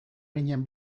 ginen